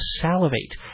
salivate